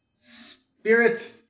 spirit